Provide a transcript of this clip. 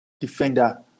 defender